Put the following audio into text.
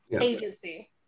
Agency